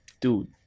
Dude